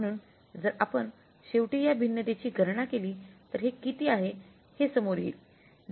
म्हणून जर आपण शेवटी या भिन्नतेची गणना केली तर हे किती आहे हे समोर येईल